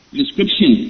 description